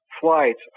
flights